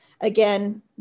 again